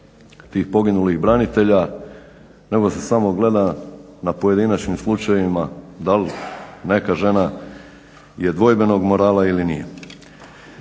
tih poginulih branitelja nego se samo gleda na pojedinačnim slučajevima da li neka žena je dvojbenog morala ili nije.